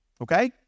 Okay